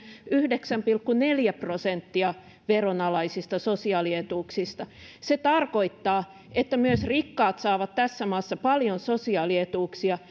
yhdeksän pilkku neljä prosenttia veronalaisista sosiaalietuuksista se tarkoittaa sitä että myös rikkaat saavat tässä maassa paljon sosiaalietuuksia